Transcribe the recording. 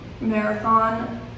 marathon